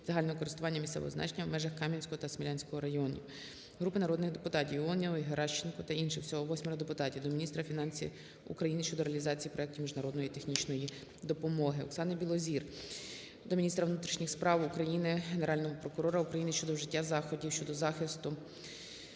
загального користування місцевого значення в межах Кам'янського та Смілянського районів. Групи народних депутатів (Іонової, Геращенко та інших. Всього 8 депутатів) до міністра фінансів України щодо реалізації проектів міжнародної технічної допомоги. Оксани Білозір до міністра внутрішніх справ України, Генерального прокурора України про вжиття заходів щодо захисту